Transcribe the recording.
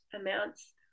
amounts